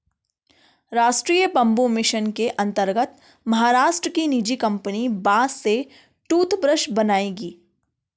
राष्ट्रीय bamboo mission के अंतर्गत महाराष्ट्र की निजी कंपनी बांस से टूथब्रश बनाएगी